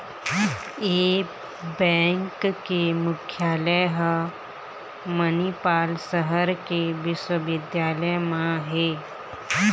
ए bank के मुख्यालय ह मनिपाल सहर के बिस्वबिद्यालय म हे